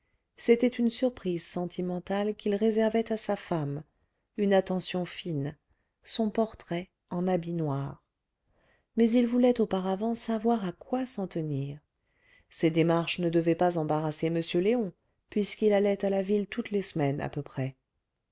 c'était une surprise sentimentale qu'il réservait à sa femme une attention fine son portrait en habit noir mais il voulait auparavant savoir à quoi s'en tenir ces démarches ne devaient pas embarrasser m léon puisqu'il allait à la ville toutes les semaines à peu près